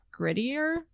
grittier